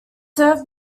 served